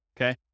Okay